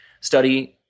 study